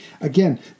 Again